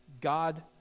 God